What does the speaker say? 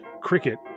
Cricket